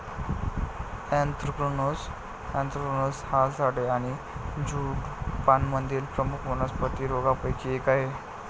anthracnose anthracnose हा झाडे आणि झुडुपांमधील प्रमुख वनस्पती रोगांपैकी एक आहे